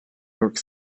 york